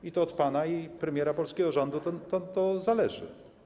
I to od pana i od premiera polskiego rządu to zależy.